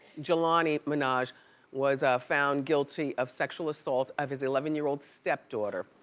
jelani minaj was found guilty of sexual assault of his eleven year old stepdaughter.